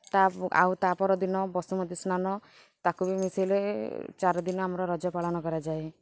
ତା ଆଉ ତା'ପର ଦିନ ବସୁମତୀ ସ୍ନାନ ତାକୁ ବି ମିଶେଇଲେ ଚାରି ଦିନ ଆମର ରଜ ପାଳନ କରାଯାଏ